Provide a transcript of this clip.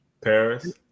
Paris